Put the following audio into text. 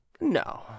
No